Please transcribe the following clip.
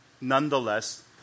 nonetheless